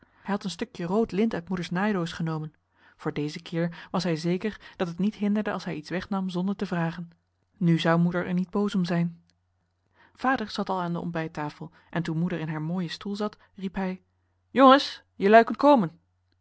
hij had een stukje rood lint uit moeders naaidoos genomen voor dezen keer was hij zeker dat het niet hinderde als hij iets wegnam zonder te vragen u zou moeder er niet boos om zijn vader zat al aan de ontbijttafel en toen moeder in haar mooien stoel zat riep hij jongens jelui kunt komen